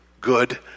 good